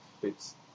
fits